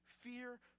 fear